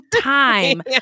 time